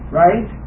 right